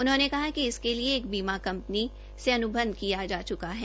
उन्होंने कहा कि इसके लिए एक बीमा कंपनी से अन्बंध किया जा चुका है